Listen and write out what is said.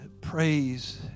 praise